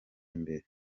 imbere